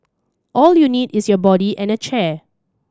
all you need is your body and a chair